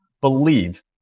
believe